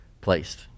placed